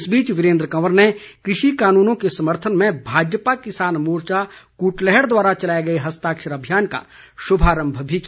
इस बीच वीरेन्द्र कंवर ने कृषि कानूनों के समर्थन में भाजपा किसान मोर्चा कुटलैहड़ द्वारा चलाए गए हस्ताक्षर अभियान का शुभारंभ भी किया